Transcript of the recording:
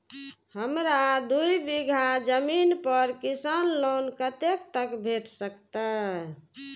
हमरा दूय बीगहा जमीन पर किसान लोन कतेक तक भेट सकतै?